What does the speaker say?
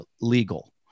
legal